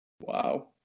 Wow